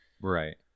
Right